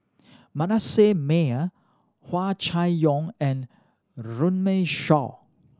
Manasseh Meyer Hua Chai Yong and Runme Shaw